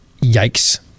yikes